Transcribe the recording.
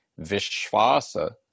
Vishvasa